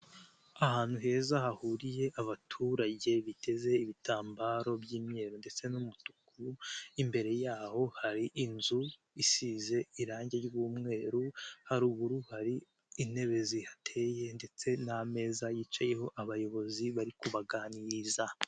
Ahantu heza hahuriye abaturage biteze ibitambaro by'imyeru ndetse n'umutuku imbere yaho hari inzu isize irangi ry'umweru haruguru hari intebe zihateye ndetse n'ameza yicayeho abayobozi bari kubaganiriza.